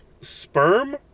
sperm